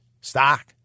stock